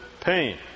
pain